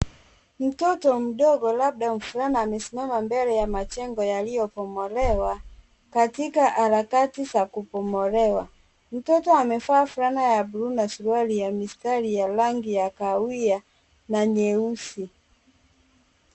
Mtoto mdogo labda mvulana amesimama mbele ya majengo ya yaliyobomolewa katika harakati za kubomolewa. Mtoto amevaa fulana ya buluu na suruali ya ya mistari ya rangi ya kahawia na nyeusi.